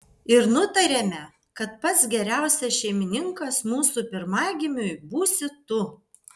ir nutarėme kad pats geriausias šeimininkas mūsų pirmagimiui būsi tu